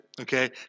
Okay